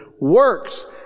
works